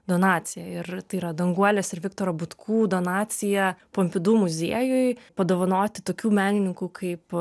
donaciją ir tai yra danguolės ir viktoro butkų donacija pompidu muziejuj padovanoti tokių menininkų kaip